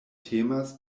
temas